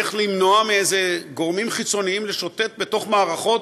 איך למנוע מגורמים חיצוניים לשוטט בתוך המערכות,